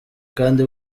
kandi